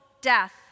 death